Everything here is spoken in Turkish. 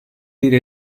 bir